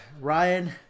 Ryan